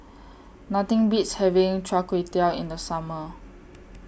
Nothing Beats having Chai Kuay Tow in The Summer